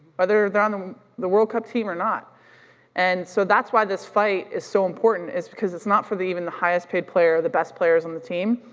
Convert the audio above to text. whether they're on the the world cup team or not and so that's why this fight is so important is because it's not for even the highest paid player or the best players on the team,